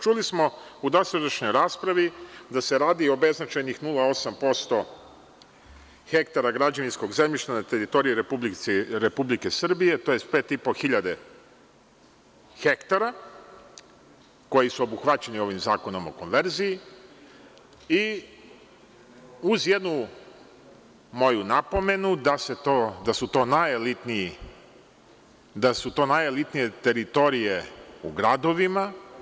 Čuli smo u dosadašnjoj raspravi da se radi o beznačajnih 0,8% hektara građevinskog zemljišta na teritoriji Republike Srbije, tj. 5,5 hiljada hektara koji su obuhvaćeni ovim zakonom o konverziji, uz jednu moju napomenu, da su to najelitnije teritorije u gradovima.